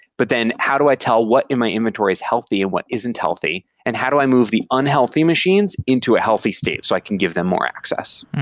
but then, how do i tell what in my inventory is healthy and what isn't healthy and how do i move the unhealthy machines into a healthy state so i can give them more access?